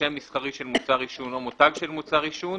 שם מסחרי של מוצר עישון או מותג של מוצר עישון